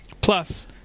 Plus